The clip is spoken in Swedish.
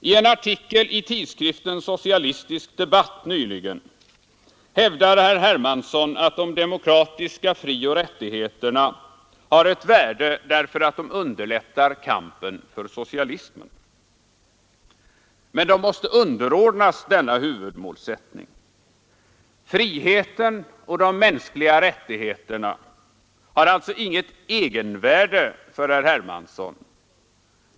I en artikel i tidskriften Socialistisk Debatt nyligen hävdar herr Hermansson, att de demokratiska frioch rättigheterna har ett värde därför att de underlättar kampen för socialismen. Men de ”måste underordnas denna huvudmålsättning”. Friheten och de mänskliga rättigheterna har alltså inget egenvärde för herr Hermansson.